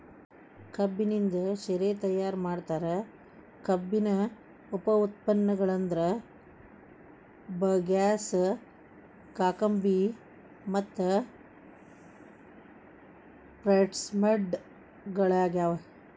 ಕಬ್ಬಿನಿಂದ ಶೇರೆ ತಯಾರ್ ಮಾಡ್ತಾರ, ಕಬ್ಬಿನ ಉಪ ಉತ್ಪನ್ನಗಳಂದ್ರ ಬಗ್ಯಾಸ್, ಕಾಕಂಬಿ ಮತ್ತು ಪ್ರೆಸ್ಮಡ್ ಗಳಗ್ಯಾವ